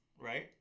right